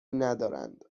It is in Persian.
ندارند